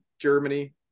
germany